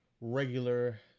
regular